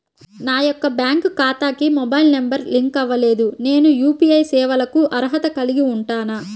నా యొక్క బ్యాంక్ ఖాతాకి మొబైల్ నంబర్ లింక్ అవ్వలేదు నేను యూ.పీ.ఐ సేవలకు అర్హత కలిగి ఉంటానా?